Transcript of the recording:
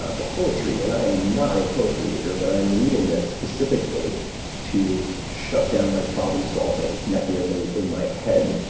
ah poetry, and i am not a poetry reader, but i'm reading this specifically to shut down my problem-solving mechanism in my head,